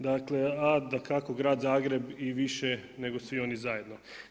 Dakle, a dakako grad Zagreb i više nego svi oni zajedno.